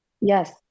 Yes